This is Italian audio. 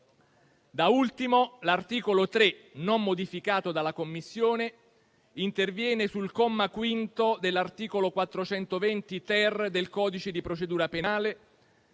Da ultimo, l'articolo 3, non modificato dalla Commissione, interviene sul comma 5 dell'articolo 420-*ter* del codice di procedura penale